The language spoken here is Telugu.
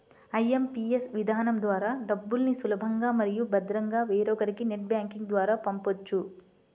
ఐ.ఎం.పీ.ఎస్ విధానం ద్వారా డబ్బుల్ని సులభంగా మరియు భద్రంగా వేరొకరికి నెట్ బ్యాంకింగ్ ద్వారా పంపొచ్చు